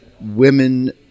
women